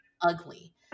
ugly